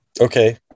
Okay